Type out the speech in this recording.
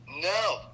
No